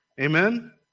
Amen